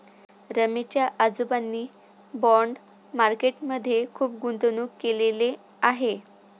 रमेश च्या आजोबांनी bond market मध्ये खुप गुंतवणूक केलेले आहे